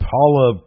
Paula